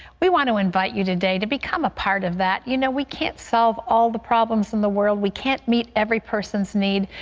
we want to invite you today to become a part of that. you know, we can't solve all of the problems in the world. we can't meet every person's need.